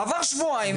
עברו שבועיים,